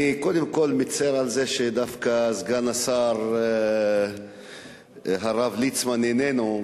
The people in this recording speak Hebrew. אני קודם כול מצר על זה שדווקא סגן השר הרב ליצמן איננו.